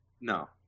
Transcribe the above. No